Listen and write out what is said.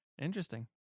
Interesting